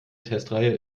testreihe